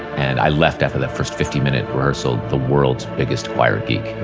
and i left after that first fifty minute rehearsal, the world's biggest choir geek.